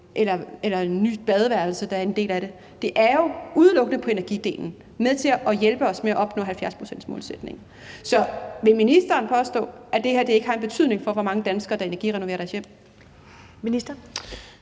eller et nyt badeværelse, der er en del af det, men det er jo udelukkende på energidelen med til at hjælpe os med at opnå 70-procentsmålsætningen. Så vil ministeren påstå, at det her ikke har en betydning for, hvor mange danskere der energirenoverer deres hjem?